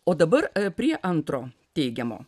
o dabar prie antro teigiamo